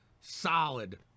solid